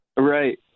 Right